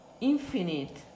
infinite